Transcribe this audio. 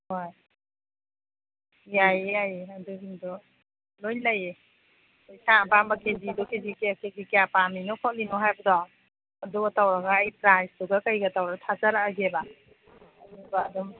ꯍꯣꯏ ꯌꯥꯏꯌꯦ ꯌꯥꯏꯌꯦ ꯑꯗꯨꯁꯤꯡꯗꯣ ꯂꯣꯏ ꯂꯩꯌꯦ ꯏꯁꯥ ꯑꯄꯥꯝꯕ ꯀꯦꯖꯤꯗꯣ ꯀꯦꯖꯤ ꯀꯌꯥ ꯄꯥꯝꯃꯤꯅꯣ ꯈꯣꯠꯂꯤꯅꯣ ꯍꯥꯏꯕꯗꯣ ꯑꯗꯨꯒ ꯇꯧꯔꯒ ꯑꯩ ꯄ꯭ꯔꯥꯏꯁꯇꯨꯒ ꯀꯩꯒ ꯇꯧꯔꯒ ꯊꯥꯖꯔꯛꯑꯒꯦꯕ ꯑꯗꯨꯒ ꯑꯗꯨꯝ